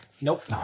Nope